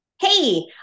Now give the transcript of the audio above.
Hey